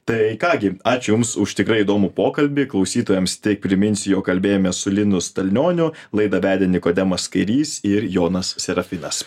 tai ką gi ačiū jums už tikrai įdomų pokalbį klausytojams tik priminsiu jog kalbėjomės su linu stalnioniu laidą vedė nikodemas kairys ir jonas serafinas